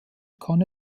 kann